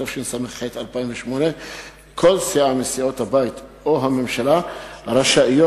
התשס"ח 2008. כל סיעה מסיעות הבית או הממשלה רשאיות,